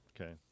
Okay